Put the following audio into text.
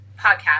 podcast